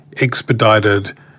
expedited